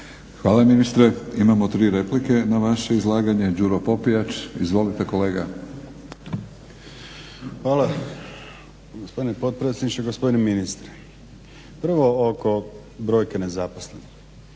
Hvala ministre. Imamo tri replike na vaše izlaganje, Đuro Popijač. Izvolite kolega. **Popijač, Đuro (HDZ)** Hvala gospodine potpredsjedniče, gospodine ministre. Prvo oko brojke nezaposlenosti.